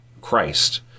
Christ